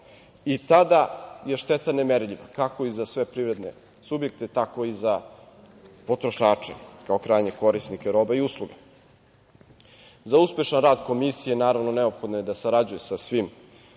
Tada je šteta nemerljiva kako i za sve privredne subjekte tako i za potrošače, kao krajnje korisnike roba i usluga.Za uspešan rad komisije, naravno, neophodno je da sarađuju sa svim